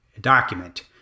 document